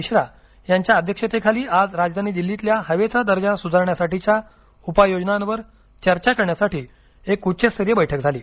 मिश्रा यांच्या अध्यक्षतेखाली आज राजधानी दिल्लीतील हवेचा दर्जा सुधारण्यासाठीच्या उपाययोजनांवर चर्चा करण्यासाठी एक उच्चस्तरीय बैठक झाली